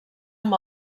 amb